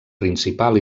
principal